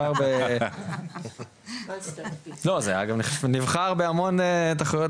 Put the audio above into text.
לא זה גם נבחר בהמון תחרויות,